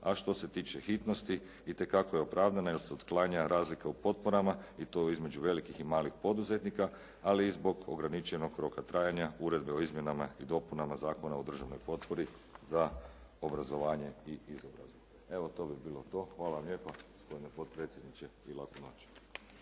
a što se tiče hitnosti itekako je opravdana jer se otklanja razlika u potporama, i to između velikih i malih poduzetnika, ali i zbog ograničenog roka trajanja uredbe o izmjenama i dopunama Zakona o državnoj potpori za obrazovanje i izobrazbu. Evo to bi bilo to. Hvala vam lijepa gospodine potpredsjedniče i laku noć.